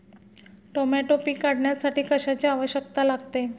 Tomato पीक काढण्यासाठी कशाची आवश्यकता लागते?